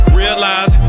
realize